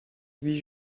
huit